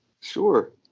sure